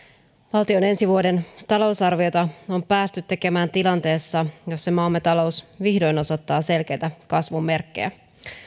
valtion ensi vuoden talousarviota on päästy tekemään tilanteessa jossa maamme talous vihdoin osoittaa selkeitä kasvun merkkejä